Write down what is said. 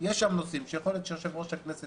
שיש שם נושאים שיכול להיות שיושב-ראש הכנסת